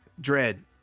Dread